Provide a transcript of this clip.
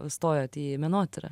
stojot į menotyrą